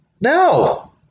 No